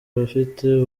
abafite